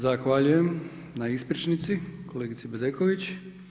Zahvaljujem na ispričnici kolegici Bedeković.